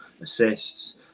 Assists